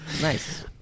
Nice